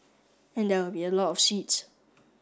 and there will be a lot of seeds